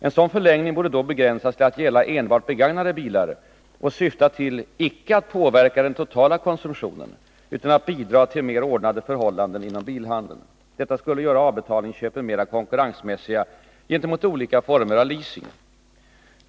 En sådan förlängning borde då begränsas till att gälla enbart begagnade bilar och syfta till icke att påverka den totala konsumtionen utan att bidra till mer ordnade förhållanden inom bilhandeln. Detta skulle göra avbetalningsköpen mer konkurrensmässiga gentemot olika former av leasing.